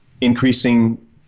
increasing